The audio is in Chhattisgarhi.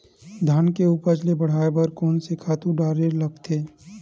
धान के उपज ल बढ़ाये बर कोन से खातु डारेल लगथे?